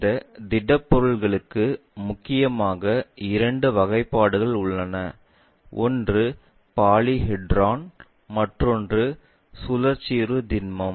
இந்த திடப்பொருட்களுக்கு முக்கியமாக இரண்டு வகைப்பாடுகள் உள்ளன ஒன்று பாலிஹெட்ரான் மற்றொன்று சுழற்சியுறு திண்மம்